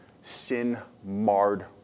sin-marred